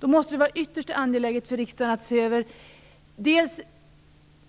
Då måste det vara ytterst angeläget för riksdagen att se över dels